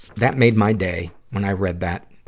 that made my day when i read that.